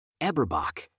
Eberbach